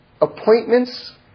appointments